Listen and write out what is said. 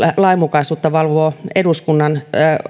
lainmukaisuutta valvovat eduskunnan